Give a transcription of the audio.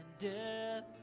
Death